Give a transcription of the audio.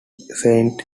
saint